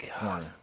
God